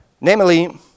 Namely